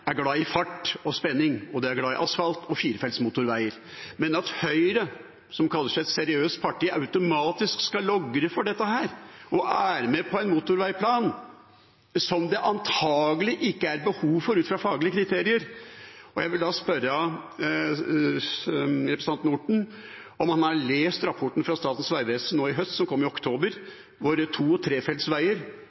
jeg vil gripe fatt i. Det er en kjent sak at statsråder fra Fremskrittspartiet er glad i fart og spenning, og de er glad i asfalt og firefelts motorveier. Men hvorfor skal Høyre, som kaller seg et seriøst parti, automatisk logre for dette og være med på en motorveiplan som det antakelig ikke er behov for ut fra faglige kriterier? Jeg vil da spørre representanten Orten om han har lest rapporten fra Statens vegvesen nå i høst, som kom i oktober,